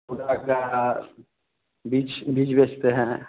बीच बीज बेचते हैं